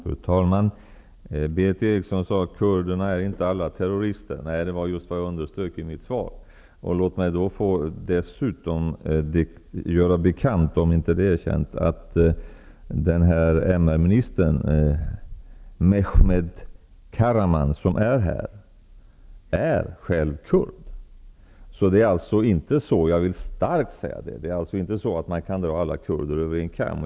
Fru talman! Berith Eriksson sade att kurderna inte alla är terrorister. Nej, det var just det jag underströk i mitt svar. Låt mig dessutom göra bekant, om det inte är känt, att MR-ministern som är här, Mehmet Kahraman, själv är kurd. Jag vill starkt betona att man inte kan dra alla kurder över en kam.